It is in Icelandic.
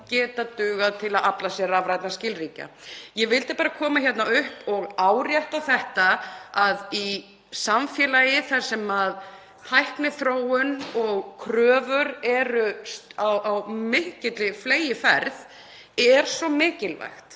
geta dugað til að afla sér rafrænna skilríkja. Ég vildi bara koma hingað upp og árétta að í samfélagi þar sem tækniþróun og kröfur eru á fleygiferð er svo mikilvægt